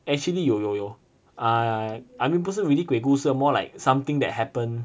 actually 有有有 ah I mean 不是 really 鬼故事 more like something that happened